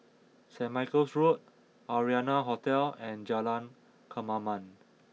Saint Michael's Road Arianna Hotel and Jalan Kemaman